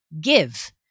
give